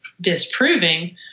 disproving